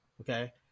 Okay